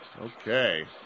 Okay